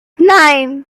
nine